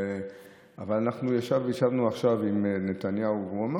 אבל אנחנו ישבנו עכשיו עם נתניהו והוא אמר